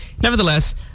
nevertheless